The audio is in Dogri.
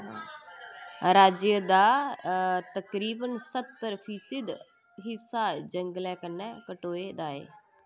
राज्य दा तकरीबन सत्तर फीसद हिस्सा जंगलें कन्नै खटोए दा ऐ